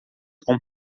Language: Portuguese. com